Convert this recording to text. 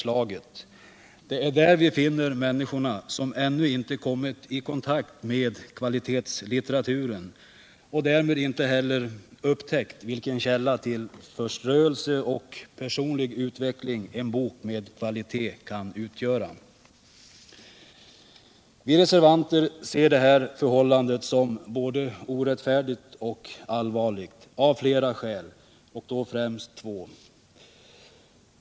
Det är där vi finner människorna som ännu inte har kommit i kontakt med kvalitetslitteraturen och därmed inte heller upptäckt vilken källa till förströelse och personlig utveckling en bok med kvalitet kan utgöra. Vi reservanter ser det här förhållandet som både orättfärdigt och allvarligt. Vi gör det av flera skäl, främst två.